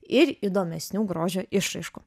ir įdomesnių grožio išraiškų